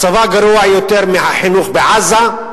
מצבה גרוע יותר מהחינוך בעזה,